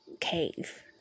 cave